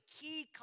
key